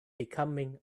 becoming